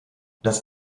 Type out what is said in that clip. das